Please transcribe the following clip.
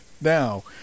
now